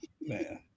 man